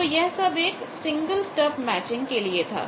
तो यह सब एक सिंगल स्टब मैचिंग के लिए था